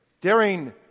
Daring